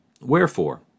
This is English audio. Wherefore